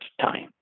time